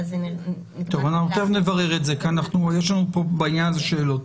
תיכף נברר את זה, כי יש לנו בעניין הזה שאלות.